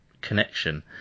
connection